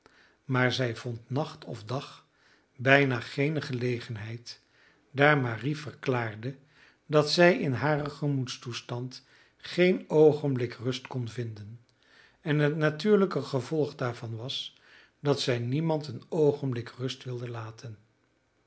maar zij vond nacht of dag bijna geene gelegenheid daar marie verklaarde dat zij in haren gemoedstoestand geen oogenblik rust kon vinden en het natuurlijke gevolg daarvan was dat zij niemand een oogenblik rust wilde laten